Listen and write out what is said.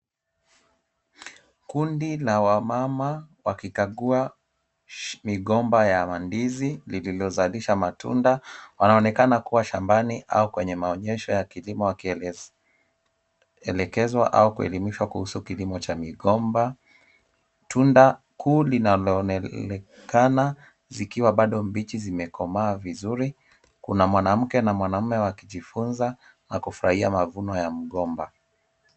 Kundi la wamama wakikagua migomba ya mandizi lililozalisha matunda. Wanaonekana kuwa shambani au kwenye maonyesho ya kilimo wakielekezwa au kuelimishwa kuhusu kilimo cha migomba. Tunda kuu linaloonekana zikiwa bado mbichi zimekomaa vizuri. Kuna mwanamke na mwanamume wakijifunza na kufurahia mavuno ya mgomba.